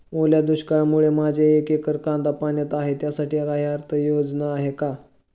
ओल्या दुष्काळामुळे माझे एक एकर कांदा पाण्यात आहे त्यासाठी काही आर्थिक योजना आहेत का?